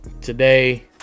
today